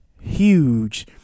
huge